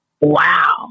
wow